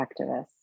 activists